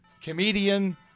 comedian